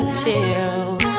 chills